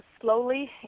slowly